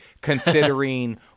considering